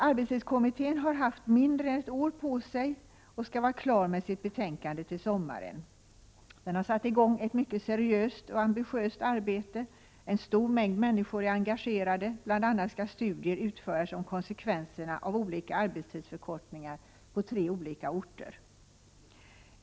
Arbetstidskommittén har haft mindre än ett år på sig och skall vara klar med ett betänkande till sommaren. Kommittén har satt i gång ett mycket ambitiöst arbete. En stor mängd människor är engagerad. Bl.a. skall studier utföras om konsekvenserna av olika arbetstidsförkortningar på tre orter.